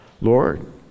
Lord